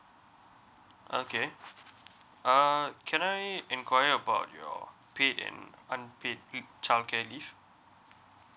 okay uh can I enquire about your paid and unpaid childcare leave